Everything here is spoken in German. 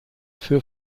für